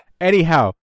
Anyhow